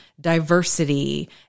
diversity